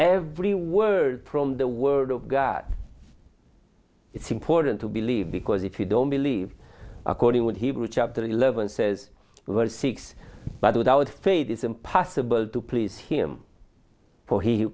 every word from the word of god it's important to believe because if you don't believe according with hebrew chapter eleven says verse six but without faith it's impossible to please him for he